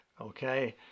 Okay